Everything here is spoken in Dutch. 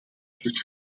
heeft